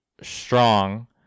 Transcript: strong